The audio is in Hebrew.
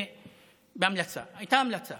הייתה המלצה.